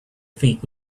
faint